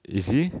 is he